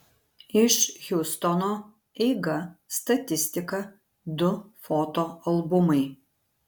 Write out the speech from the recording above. iš hjustono eiga statistika du foto albumai